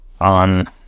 on